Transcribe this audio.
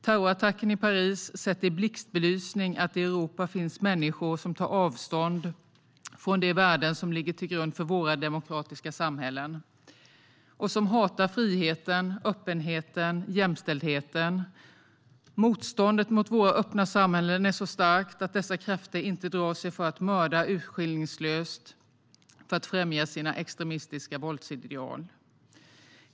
Terrorattacken i Paris sätter blixtbelysning på att det i Europa finns människor som tar avstånd från de värden som ligger till grund för våra demokratiska samhällen, människor som hatar friheten, öppenheten och jämställdheten. Motståndet mot våra öppna samhällen är så starkt att dessa krafter inte drar sig för att mörda urskillningslöst för att främja sina extremistiska våldsideal.